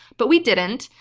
but we didn't.